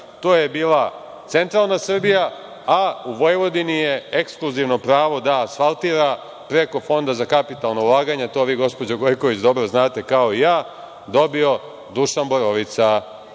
To je bila Centralna Srbija, a u Vojvodini je ekskluzivno pravo da asfaltira preko Fonda za kapitalna ulaganja, to vi gospođo Gojković dobro znate kao i ja, dobio Dušan Borovica.